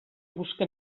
busca